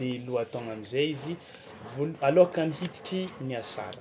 de lohataogna am'zay izy vol- alohakan'ny hiditry ny asara